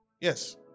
Yes